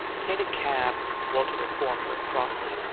tain't a cab, walter informed her crossly.